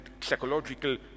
psychological